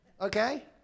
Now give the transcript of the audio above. Okay